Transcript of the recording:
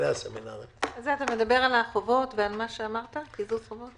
אתה מדבר על החובות ועל קיזוז חובות?